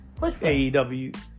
AEW